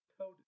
code